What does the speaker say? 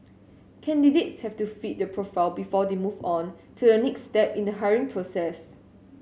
candidates have to fit the profile before they move on to the next step in the hiring process